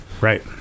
right